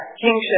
kingship